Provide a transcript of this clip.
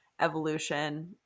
evolution